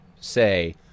say